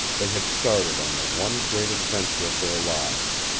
they had started on the one great adventure of their lives,